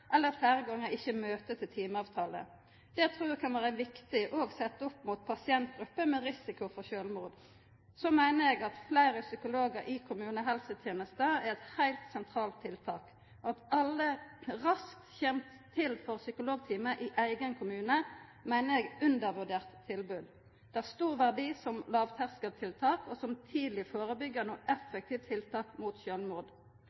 eller fleire gonger ikkje møter til timeavtale. Det trur eg kan vera viktig òg sett opp mot pasientgrupper med risiko for sjølvmord. Så meiner eg at fleire psykologar i kommunehelsetenesta er eit heilt sentralt tiltak. At alle raskt kjem til for psykologtime i eigen kommune, meiner eg er eit undervurdert tilbod. Det har stor verdi som lågterskeltiltak og som tidleg førebyggjande og effektivt tiltak mot sjølvmord.